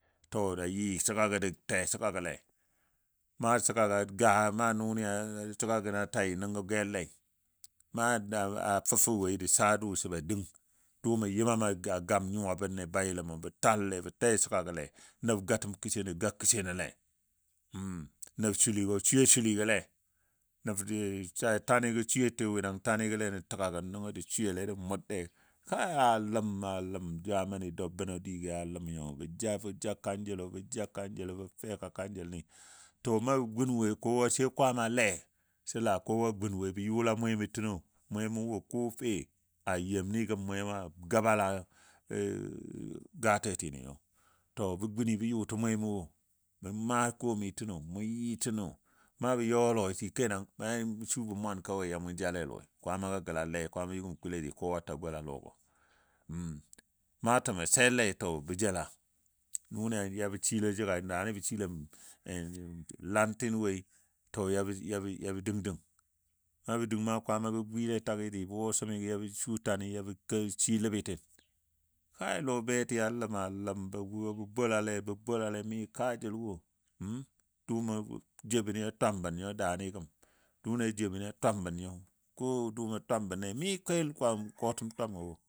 To, ja yii shegagə jə tɛɛ shegagole maa shegaga gai na nʊni shegagəno tai nəngɔ gellei. Na da a fəfuwoi jə saa dʊʊ sə ba dəng dʊʊmɔ yɨmam a gam nyuwa bən le bayiləmo bɔ talle bə tɛɛ shagagolɛ nəb gatəm kəsheno ga kəshenole nəb shuligo sweyo shuligole nəb tanigɔ sweyo wɨnang tanigole nən təgaga̱n jə swele jə mʊrle kai a ləm a ləm zamani bəno digɨ a ləm nyo bə ja bə ja kanjəlo bə ja kanjəlo bə feka kanjəlni. To na bə gun woi kowa sai kwaama le, səla kowa gun wo bə yʊla mwemo təno mwemo wo ko fe, a yemni gəm mwema gabala gatetino nyo to bə gun bə yʊtə mwemo təgo, bə maa komai təgo mu yɨ təno na ƴɔ lɔi shike nan subɔ mwan kawai ya mu jale lɔi kwaamaga gəla le kwaama yugumo kule dɨ kowa ta gola lɔ gɔ naa təmɔ sellei to bə jela daani bə shilɛm lantino woi to yab- yabɔ dəng dəng na bə dəng na kwaamagɔ gwile takgə, dɨ bə wɔ sumigɔ yabɔ su tanigɔ yabɔ shi ləbitin kai lɔ beti a ləm a ləm yɔ bə bolale bə bolale mi kajəl wo, uhm dʊʊmɔ jou bən a twambən nyo daani gəm dʊʊmo jou bən nyo ko dʊʊmo twam bən le mi kel kɔtəm twama wo.